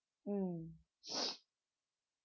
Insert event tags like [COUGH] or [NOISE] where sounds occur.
mm [NOISE]